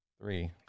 three